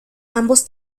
ambos